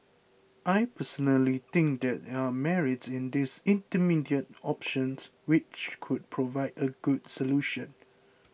I personally think there are merits in these intermediate options which could provide a good solution